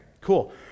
cool